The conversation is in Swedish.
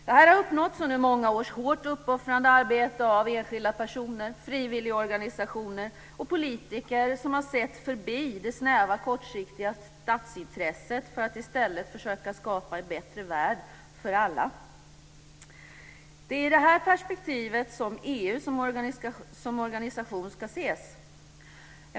Det här har uppnåtts under många års hårt uppoffrande arbete av enskilda personer, frivilligorganisationer och politiker som har sett förbi det snäva, kortsiktiga statsintresset för att i stället försöka skapa en bättre värld för alla. Det är i det här perspektivet som EU som organisation ska ses.